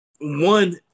one